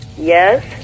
Yes